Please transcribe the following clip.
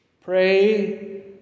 Pray